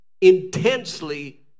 intensely